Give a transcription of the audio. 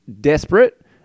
desperate